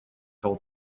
told